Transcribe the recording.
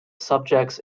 subjects